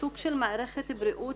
סוג של מערכת בריאות